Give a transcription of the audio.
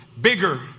bigger